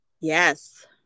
Yes